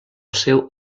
seu